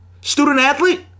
student-athlete